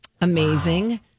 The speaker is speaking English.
Amazing